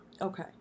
Okay